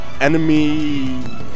enemy